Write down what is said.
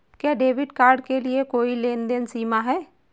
क्या debit card के लिए कोई लेनदेन सीमा है?